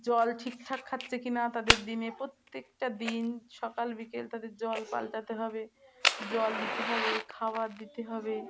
জল ঠিকঠাক খাচ্ছে কি না তাদের ডিমে প্রত্যেকটা দিন সকাল বিকেল তাদের জল পাল্টাতে হবে জল দিতে হবে খাবার দিতে হবে